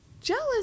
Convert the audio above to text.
jealous